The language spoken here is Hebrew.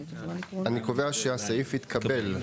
4 נגד 3 ההסתייגות התקבלה.